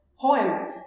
Poem